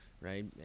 right